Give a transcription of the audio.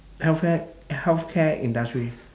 healthcare healthcare industry